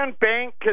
Bank